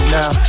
now